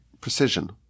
precision